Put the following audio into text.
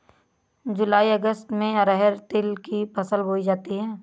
जूलाई अगस्त में अरहर तिल की फसल बोई जाती हैं